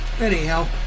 anyhow